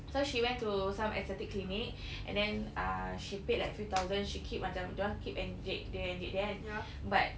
so she went to some aesthetic clinic and then err she paid like few thousand she keep macam dia orang keep inject here inject there but